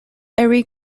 erie